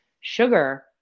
sugar